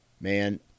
man